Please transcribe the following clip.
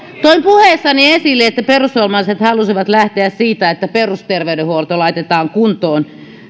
toin puheessani esille että perussuomalaiset halusivat lähteä siitä että perusterveydenhuolto laitetaan kuntoon